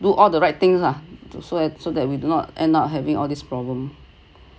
do all the right things lah so and so that we do not end up having all this problem